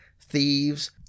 thieves